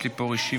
יש לי פה רשימה.